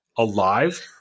alive